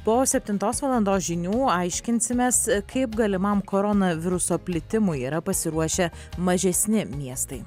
po septintos valandos žinių aiškinsimės kaip galimam koronaviruso plitimui yra pasiruošę mažesni miestai